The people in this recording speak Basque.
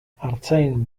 artzain